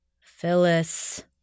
Phyllis